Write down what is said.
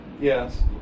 Yes